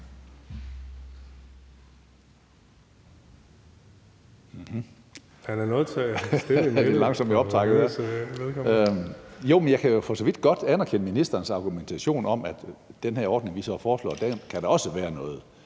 Jeg kan jo for så vidt godt anerkende ministerens argumentation om, at den her ordning, vi så foreslår, kan der også være noget